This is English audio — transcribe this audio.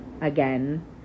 again